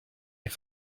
est